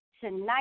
Tonight